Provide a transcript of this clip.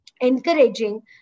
encouraging